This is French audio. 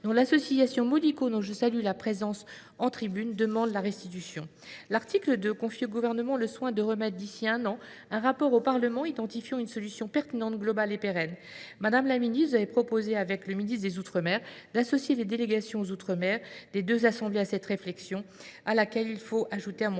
; l’association Moliko Alet+Po, dont je salue la présence en tribune, en demande la restitution. L’article 2 vise à confier au Gouvernement le soin de remettre, d’ici à un an, un rapport au Parlement identifiant une solution pertinente, globale et pérenne. Madame la ministre, vous avez proposé, avec le ministre des outre mer, d’associer les délégations aux outre mer des deux assemblées à cette réflexion à laquelle il faudrait ajouter, à mon